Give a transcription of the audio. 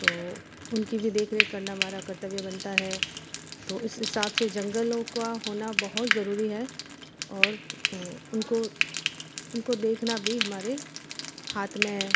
तो उनकी भी देख रेख करना हमारा कर्तव्य बनता हैं तो इस हिसाब से जंगलों का होना बहुत ज़रूरी हैं और उनको उनको देखना भी हमारे हाथ में है